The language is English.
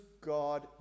God